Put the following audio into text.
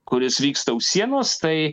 kuris vyksta už sienos tai